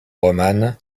romane